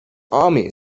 army